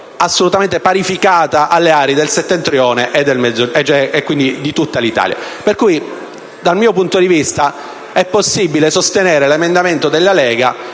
assolutamente parificata al Settentrione, quindi a tutta l'Italia. Pertanto, dal mio punto di vista, è possibile sostenere l'emendamento 3.200 della Lega,